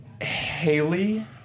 Haley